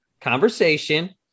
conversation